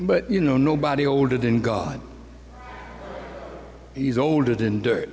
but you know nobody older than god he's older than dirt